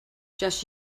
just